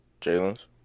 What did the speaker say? Jalen's